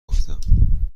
گفتم